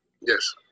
Yes